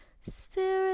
spirit